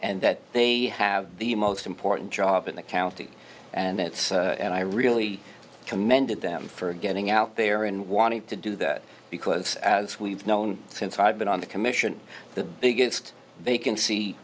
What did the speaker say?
and that they have the most important job in the county and it's and i really commended them for getting out there and wanting to do that because as we've known since i've been on the commission the biggest